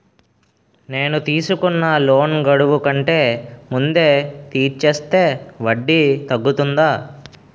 నేను తీసుకున్న లోన్ గడువు కంటే ముందే తీర్చేస్తే వడ్డీ తగ్గుతుందా?